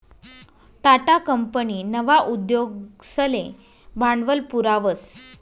Tata company नवा उद्योगसले भांडवल पुरावस